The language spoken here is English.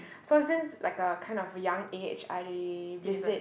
so since like a kind of young age I visit